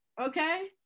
Okay